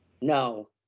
No